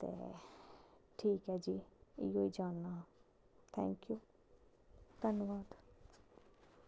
ते ठीक ऐ जी इ'यै जानना हा थैंक यू धन्यबाद